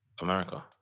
America